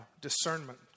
discernment